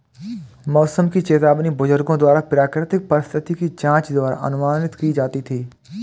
मौसम की चेतावनी बुजुर्गों द्वारा प्राकृतिक परिस्थिति की जांच द्वारा अनुमानित की जाती थी